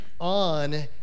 on